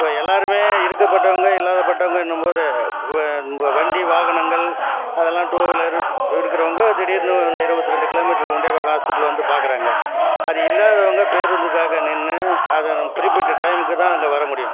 அப்போ எல்லாருமே இருக்கப்பட்டவங்க இல்லாதப்பட்டவங்கன்னும் போது வ வண்டி வாகனங்கள் அதெல்லாம் டூவீலர் இருக்கறவாங்க திடீர்னு அந்த இருபத்திரெண்டு கிலோமீட்டர் முண்டியம்பாக்கம் ஹாஸ்ப்பிட்டல் வந்து பார்க்குறாங்க அது இல்லாதவங்க பேருந்துக்காக நின்று அது குறிப்பிட்ட டைம்கு தான் அங்கே வர முடியும்